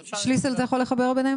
שליסל, אתה תוכל לעשות את החיבור?